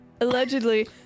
Allegedly